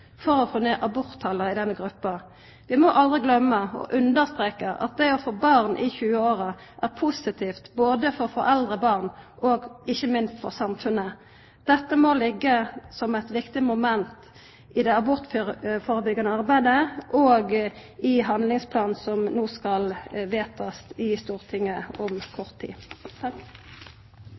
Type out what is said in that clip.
for å få ned aborttala i denne gruppa. Vi må aldri gløyma å understreka at det å få barn i 20-åra er positivt, både for foreldre og barn og ikkje minst for samfunnet. Dette må liggja som eit viktig moment i det abortførebyggjande arbeidet og i handlingsplanen som Stortinget skal vedta om kort tid.